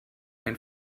ein